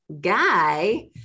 guy